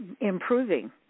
improving